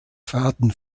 faden